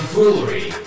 Foolery